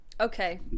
Okay